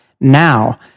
now